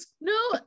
no